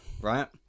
Right